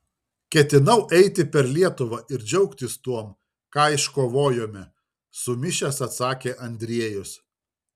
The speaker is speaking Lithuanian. ketinau eiti per lietuvą ir džiaugtis tuom ką iškovojome sumišęs atsakė andriejus